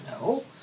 no